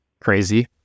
crazy